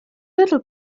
little